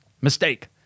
Mistake